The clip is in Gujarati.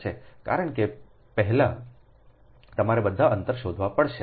કારણ કે પહેલા તમારે બધા અંતર શોધવા પડશે